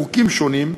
בחוקים שונים,